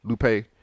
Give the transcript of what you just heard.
Lupe